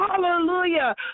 Hallelujah